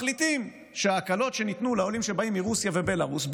מחליטים שההקלות שניתנו לעולים שבאים מרוסיה ומבלרוס,